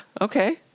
Okay